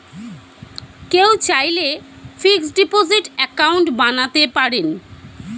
কেউ চাইলে fixed deposit account বানাতে পারেন